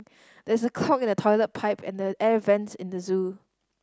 there is a clog in the toilet pipe and the air vents in the zoo